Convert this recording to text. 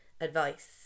advice